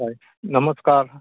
हय नमस्कार